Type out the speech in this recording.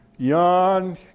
Yawn